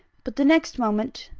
but the next moment,